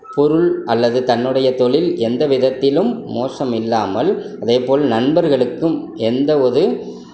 பொருள் அல்லது தன்னுடைய தொழில் எந்த விதத்திலும் மோசமில்லாமல் அதேபோல் நண்பர்களுக்கும் எந்த ஒரு